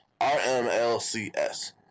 RMLCS